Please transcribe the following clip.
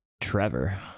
Trevor